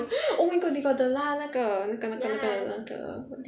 orh no oh my god they got the 拉那个那个那个那个那个 what do you call that